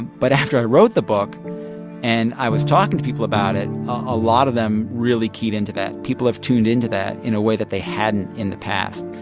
but after i wrote the book and i was talking to people about it, a lot of them really keyed into that. people have tuned into that in a way that they hadn't in the past.